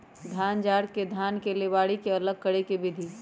धान झाड़ के धान के लेबारी से अलग करे के विधि